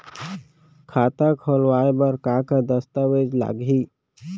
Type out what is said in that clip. खाता खोलवाय बर का का दस्तावेज लागही?